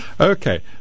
Okay